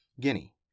Guinea